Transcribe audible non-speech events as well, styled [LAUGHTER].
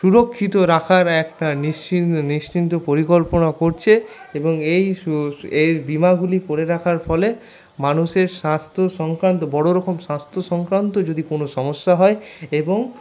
সুরক্ষিত রাখার একটা নিশ্চিন্ত নিশ্চিন্ত পরিকল্পনা করছে এবং এই [UNINTELLIGIBLE] এই বিমাগুলি করে রাখার ফলে মানুষের স্বাস্থ্য সংক্রান্ত বড় রকম স্বাস্থ্য সংক্রান্ত যদি কোনো সমস্যা হয় এবং